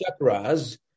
chakras